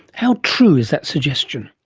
how true is that suggestion?